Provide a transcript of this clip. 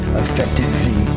effectively